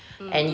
mm